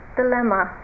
dilemma